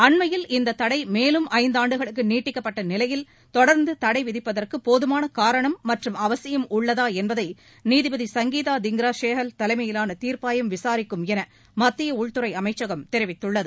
அண்மையில் இந்த தடை மேலும் ஐந்தாண்டுகளுக்கு நீட்டிக்கப்பட்ட நிலையில் தொடர்ந்து தடை விதிப்பதற்கு போதுமான காரணம் மற்றும் அவசியம் உள்ளதா என்பதை நீதிபதி சங்கீதா திங்ரா ஷெகால் தலைமையிலான தீர்ப்பாயம் விசாரிக்கும் என மத்திய உள்துறை அமைச்சகம் தெரிவித்துள்ளது